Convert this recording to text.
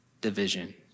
division